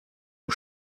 aux